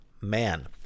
man